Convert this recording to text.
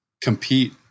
compete